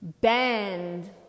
Bend